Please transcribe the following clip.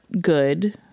good